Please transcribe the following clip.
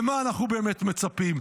למה אנחנו באמת מצפים?